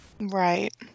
Right